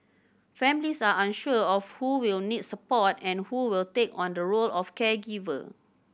families are unsure of who will need support and who will take on the role of caregiver